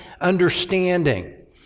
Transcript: understanding